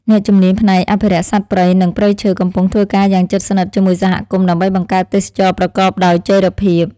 អ្នកជំនាញផ្នែកអភិរក្សសត្វព្រៃនិងព្រៃឈើកំពុងធ្វើការយ៉ាងជិតស្និទ្ធជាមួយសហគមន៍ ដើម្បីបង្កើតទេសចរណ៍ប្រកបដោយចីរភាព។